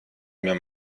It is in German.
mir